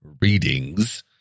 readings